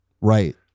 Right